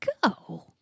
go